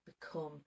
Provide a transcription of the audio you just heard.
become